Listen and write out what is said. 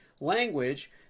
language